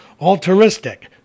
altruistic